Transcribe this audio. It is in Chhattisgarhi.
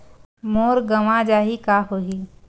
मोर गंवा जाहि का होही?